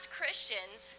Christians